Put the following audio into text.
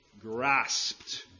grasped